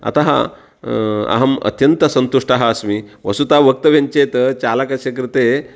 अतः अहम् अत्यन्तः सन्तुष्टः अस्मि वसुत वक्तव्यं चेत् चालकस्य कृते